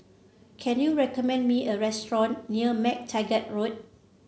can you recommend me a restaurant near MacTaggart Road